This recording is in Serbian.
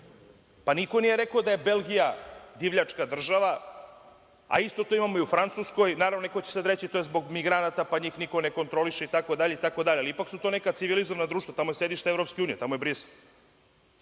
pa niko nije rekao da je Belgija divljačka država, a isto to imamo i u Francuskoj. Naravno, oni će sada reći – to je zbog migranata, pa njih niko ne kontroliše itd. Ali, ipak su to neka civilizovana društva. Tamo je sedište EU, tamo je Brisel.